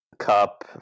Cup